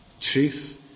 truth